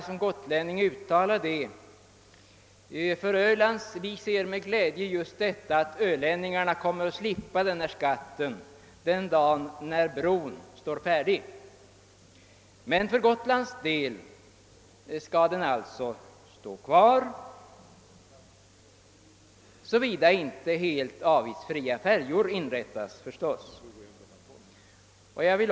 Som gotlänning vill jag gärna uttala min glädje över att ölänningarna kommer att slippa denna skatt den dag då bron står färdig. Men för Gotland skall skatten finnas kvar — såvida inte helt avgiftsfria färjor inrättas.